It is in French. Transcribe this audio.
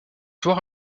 toit